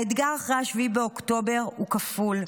האתגר אחרי 7 באוקטובר הוא כפול.